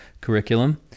curriculum